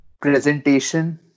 presentation